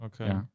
Okay